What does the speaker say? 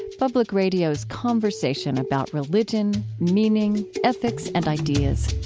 public radio's conversation about religion, meaning, ethics, and ideas.